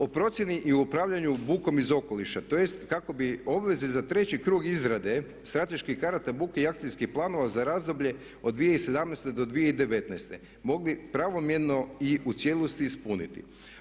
O procjeni i upravljanju bukom iz okoliša tj. kako bi obveze za 3. krug izrade strateških karata buke i akcijskih planova za razdoblje od 2001. do 2019. mogli pravomjerno i u cijelosti ispuniti.